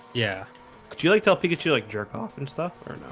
yeah could you like tell pikachu like jerk off and stuff? ah,